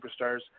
superstars